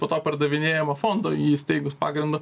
po to pardavinėjama fondo jį įstaigus pagrindu